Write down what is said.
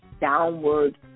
downward